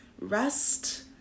rest